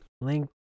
Link